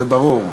זה ברור.